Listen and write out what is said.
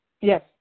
yes